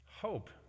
Hope